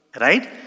Right